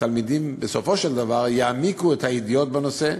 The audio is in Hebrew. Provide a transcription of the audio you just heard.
התלמידים בסופו של דבר יעמיקו את הידיעות בנושא,